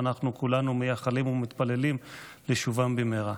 ואנחנו כולנו מייחלים ומתפללים לשובם במהרה.